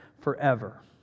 forever